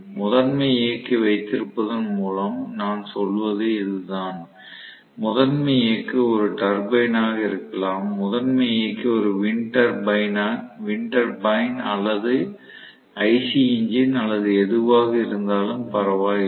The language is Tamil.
முதன்மை இயக்கி வைத்திருப்பதன் மூலம் நான் சொல்வது இதுதான் முதன்மை இயக்கி ஒரு டர்பைன் ஆக இருக்கலாம் முதன்மை இயக்கி ஒரு வின்டர் பைன் அல்லது ஐசி எஞ்சின் அல்லது எதுவாக இருந்தாலும் பரவாயில்லை